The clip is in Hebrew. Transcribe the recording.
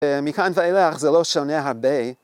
מכאן ואילך זה לא שונה הרבה.